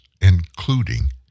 including